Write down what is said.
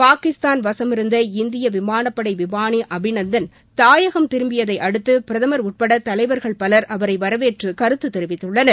பாகிஸ்தான் வசமிருந்த இந்திய விமானப்படை விமானி அபிநந்தன் தாயகம் திரும்பியதையடுத்து பிரதமர் உட்பட தலைவர்கள் பலர் அவரை வரவேற்று கருத்து தெரிவித்துள்ளனர்